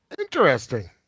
Interesting